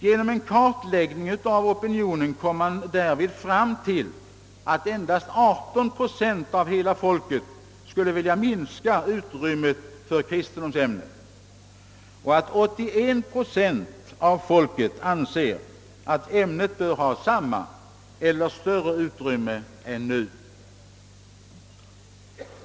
Genom en kartläggning av opinionen kom man därvid fram till att endast 18 procent av hela folket skulle vilja minska utrymmet för kristendomsämnet medan 81 procent anser att detta bör ha samma utrymme som nu eller större.